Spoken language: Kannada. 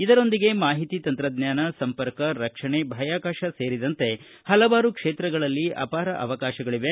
ಇದರೊಂದಿಗೆ ಮಾಹಿತಿ ತಂತ್ರಜ್ಞಾನ ಸಂಪರ್ಕ ರಕ್ಷಣೆ ಬಾಹ್ಕಾಕಾಶ ಸೇರಿದಂತೆ ಹಲವಾರು ಕ್ಷೇತ್ರಗಳಲ್ಲಿ ಅಪಾರ ಅವಕಾಶವಿದೆ